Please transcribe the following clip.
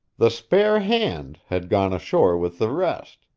the spare hand had gone ashore with the rest,